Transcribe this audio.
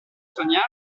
soñar